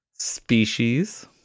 Species